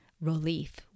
relief